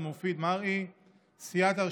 סיעת כחול לבן,